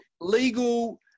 Legal